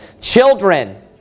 children